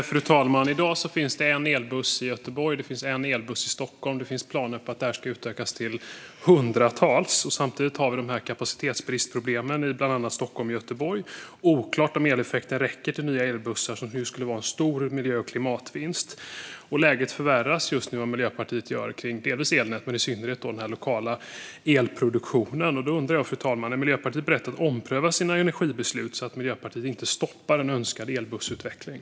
Fru talman! I dag finns det en elbuss i Göteborg och en i Stockholm, men det finns planer på att utöka dem till hundratals. Samtidigt har vi problem med kapacitetsbrist i bland annat Stockholm och Göteborg. Det är oklart om eleffekten räcker till nya elbussar, som skulle ge en stor miljö och klimatvinst. Läget förvärras just nu av det som Miljöpartiet gör. Det gäller delvis elnäten men i synnerhet den lokala elproduktionen. Fru talman! Jag undrar: Är Miljöpartiet berett att ompröva sina energibeslut så att de inte stoppar en önskad elbussutveckling?